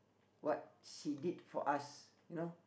what she did for us you know